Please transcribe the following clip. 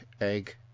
egg